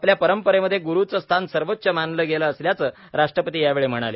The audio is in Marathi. आपल्या परंपरेमधे गुरुचं स्थान सर्वोच्च मानलं गेलं असल्याचं राष्ट्रपतीयावेळी म्हणाले